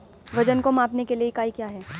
वजन को मापने के लिए इकाई क्या है?